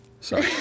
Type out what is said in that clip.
Sorry